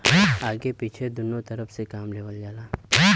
आगे पीछे दुन्नु तरफ से काम लेवल जाला